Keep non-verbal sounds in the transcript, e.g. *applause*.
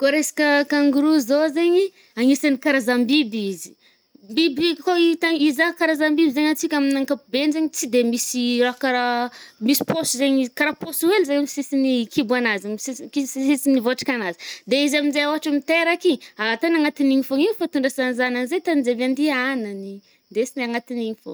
Kôa resaka kangoro zao zaigny, agnisan’ny karazam-biby izy. Biby kôa ita- hizaha karazam-biby zaigny antsika amin’ny ankapobeny zaigny tsy de misy raha karaha *hesitation* misy paosy zaigny izy, karaha paosy hely zay sisin’ny kibo anazy, sisin’ny ki-sisiny- sisin’ny vôtrika anazy. De izy am'jay ôhatra miteraky, ataony agnatin’igny fôgna igny fô itondrasany zanany, zay tany jiaby andihagnany ndesiny agnatin’igny fô.